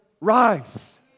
rise